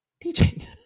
teaching